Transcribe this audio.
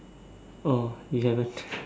oh you haven't